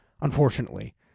unfortunately